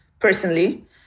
personally